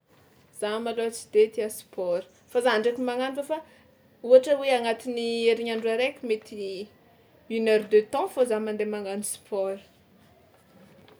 Za malôha tsy de tia sport fa za ndraiky magnano fa fa ohatra hoe agnatin'ny herignandro araiky mety une heure de temps fao za mandeha magnano sport.